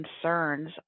concerns